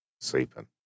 Sleeping